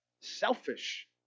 selfish